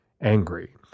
angry